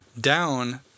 down